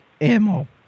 ammo